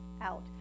out